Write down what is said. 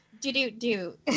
Do-do-do